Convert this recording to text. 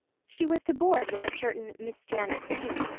she was to board with a certain miss janet sweet,